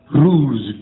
rules